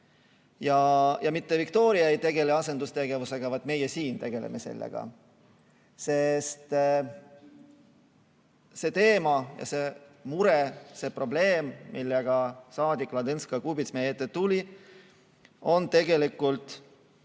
Mitte Viktoria ei tegele asendustegevusega, vaid meie siin tegeleme sellega. See teema ja see mure, see probleem, millega saadik Ladõnskaja-Kubits meie ette tuli, on tegelikult